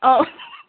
অঁ